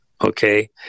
okay